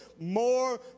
more